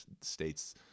states